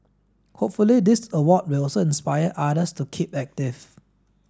hopefully this award will also inspire others to keep active